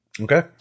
Okay